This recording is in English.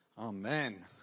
Amen